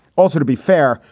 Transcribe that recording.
also, to be fair.